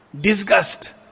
Disgust